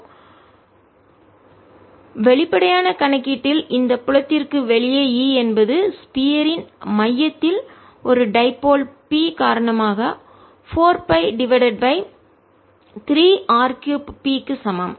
E P30 P030 zEoutside EinsideEoutside P030 z வெளிப்படையான கணக்கீட்டில் இந்த புலத்திற்கு வெளியே E என்பது ஸ்பியர் இன் கோளத்தின் மையத்தில் ஒரு டைபோல் இருமுனை P காரணமாக 4 pi divided by 3 r 3 p க்கு சமம்